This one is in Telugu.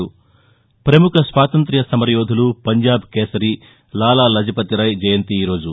పముఖ స్వాతంత్ర్య సమర యోధులు పంజాబ్ కేసరి లాలా లజపతిరాయ్ జయంతి ఈరోజు